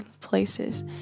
places